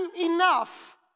enough